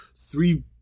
three